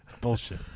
Bullshit